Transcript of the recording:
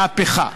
מהפכה,